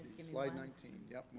do slide nineteen. yep.